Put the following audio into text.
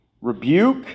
Rebuke